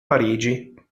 parigi